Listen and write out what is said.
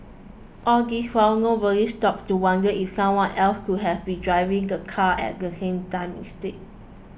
all this while nobody stopped to wonder if someone else could have been driving the car at the same time instead